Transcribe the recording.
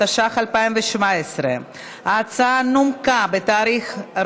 התשע"ח 2017. ההצעה נומקה בתאריך 4